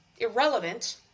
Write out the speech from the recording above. irrelevant